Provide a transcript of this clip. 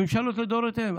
הממשלות לדורותיהן.